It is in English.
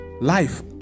life